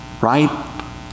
Right